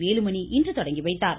வேலுமணி இன்று தொடங்கிவைத்தார்